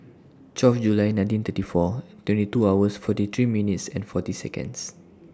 twelve July nineteen thirty four twenty two hours forty three minutes and forty Seconds